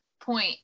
point